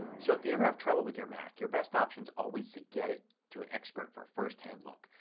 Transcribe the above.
so if you ever have trouble with your mac your best option is always to get it to an expert for a first hand look.